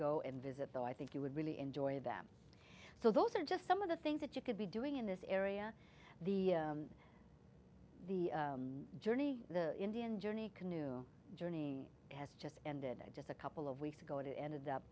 go and visit though i think you would really enjoy them so those are just some of the things that you could be doing in this area the the journey the indian journey canoe journey has just ended just a couple of weeks ago it ended up